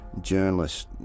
journalists